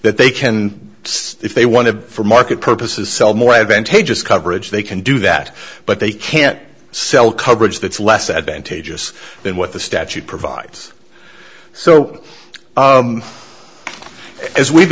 that they can see if they want to for market purposes sell more advantageous coverage they can do that but they can't sell coverage that's less advantageous than what the statute provides so as we've